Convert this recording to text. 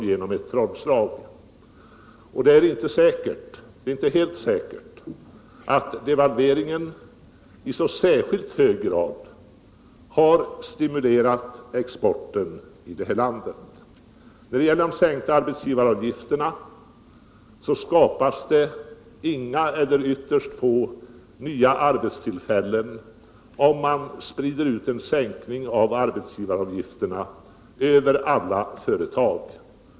Det är heller inte säkert att devalveringen i särskilt hög grad har stimulerat exporten i det här landet. Vad vidare gäller de sänkta arbetsgivaravgifterna, så skapas det inga eller ytterst få nya arbetstillfällen genom att sprida en sänkning av dessa avgifter över alla företag.